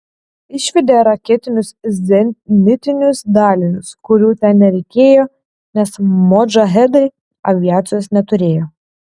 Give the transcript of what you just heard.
išvedė raketinius zenitinius dalinius kurių ten nereikėjo nes modžahedai aviacijos neturėjo